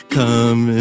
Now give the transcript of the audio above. come